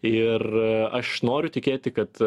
ir aš noriu tikėti kad